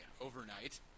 Overnight